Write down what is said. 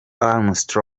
collins